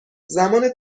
زمان